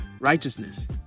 righteousness